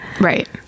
Right